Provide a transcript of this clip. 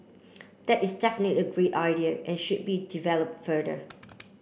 that is definitely a great idea and should be develop further